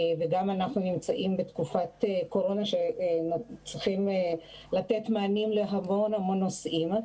וגם אנחנו נמצאים בתקופת קורונה שצריכים לתת מענים להמון המון נושאים.